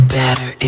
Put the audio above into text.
better